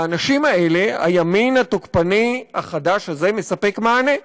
לאנשים האלה הימין התוקפני החדש הזה מספק מענה.